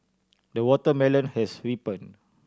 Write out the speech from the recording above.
the watermelon has ripen